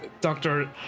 doctor